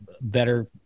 better